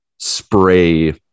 Spray